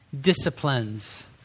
Disciplines